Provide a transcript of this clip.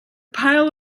pile